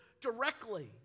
directly